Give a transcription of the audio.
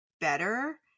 better